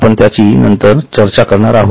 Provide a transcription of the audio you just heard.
आपण त्याची नंतर चर्चा करणार आहोत